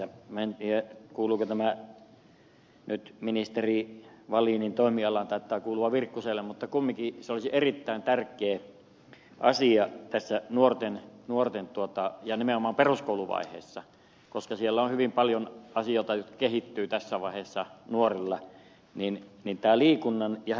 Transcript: minä en tiedä kuuluuko tämä nyt ministeri wallinin toimialaan taitaa kuulua virkkuselle mutta kumminkin se olisi erittäin tärkeä asia nuorille nimenomaan peruskouluvaiheessa koska nuorilla on hyvin paljon asioita jotka kehittyvät tässä vaiheessa nuorelle niin että liikunnan ja